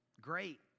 great